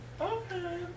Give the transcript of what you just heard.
Okay